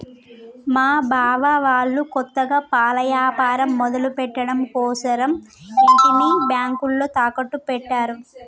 మా బావ వాళ్ళు కొత్తగా పాల యాపారం మొదలుపెట్టడం కోసరం ఇంటిని బ్యేంకులో తాకట్టు పెట్టారు